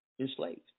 enslaved